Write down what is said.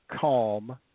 calm